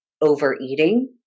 overeating